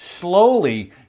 slowly